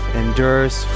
endures